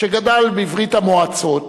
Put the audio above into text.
שגדל בברית-המועצות,